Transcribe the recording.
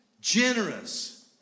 generous